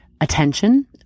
attention